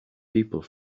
people